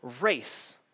race